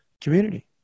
community